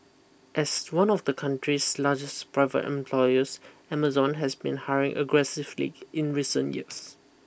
as one of the country's largest private employers Amazon has been hiring aggressively in recent years